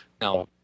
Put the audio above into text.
Now